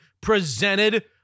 presented